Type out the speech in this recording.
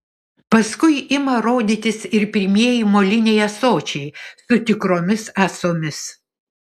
paskui ima rodytis ir pirmieji moliniai ąsočiai su tikromis ąsomis